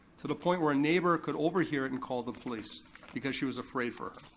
to the point where neighbor could overhear it and call the police because she was afraid for her.